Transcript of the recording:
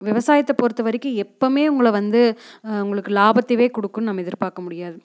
விவசாயத்தை பொறுத்தை வரைக்கும் எப்பவும் உங்களை வந்து உங்களுக்கு லாபத்தவே கொடுக்குன்னு நம்ம எதிர்பார்க்க முடியாது